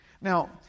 Now